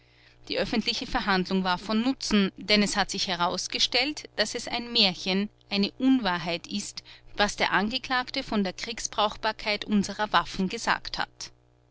die öffentliche verhandlung war von nutzen denn es hat sich herausgestellt daß es ein märchen eine unwahrheit ist was der angeklagte von der kriegsbrauchbarkeit unserer waffen gesagt hat